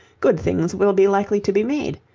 good things will be likely to be made,